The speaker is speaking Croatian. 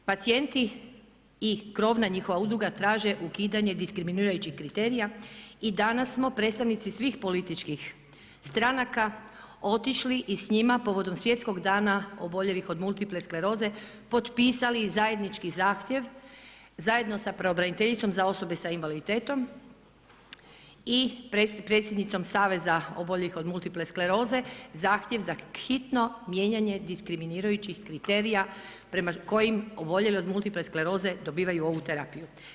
Pacijenti i krovna njihova udruga traže ukidanje diskriminirajućih kriterija i danas smo predstavnici svih političkih stranaka otišli i s njima povodom svjetskog dana oboljelih od multiple skleroze potpisali zajednički zahtjev, zajedno sa pravobraniteljicom za osobe s invaliditetom i predsjednicom Saveza oboljelih od multiple skleroze, zahtjev za hitno mijenjanje diskriminirajućih kriterija prema kojim oboljeli od multiple skleroze dobivaju ovu terapiju.